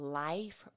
life